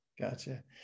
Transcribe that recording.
Gotcha